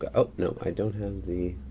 ah oh no i don't have the.